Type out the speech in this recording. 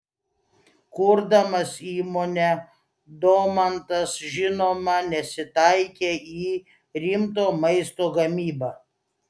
kurdamas įmonę domantas žinoma nesitaikė į rimto maisto gamybą